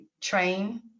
train